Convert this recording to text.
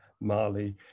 Mali